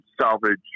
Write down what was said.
salvage